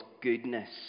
goodness